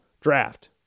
draft